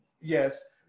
Yes